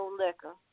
liquor